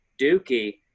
Dookie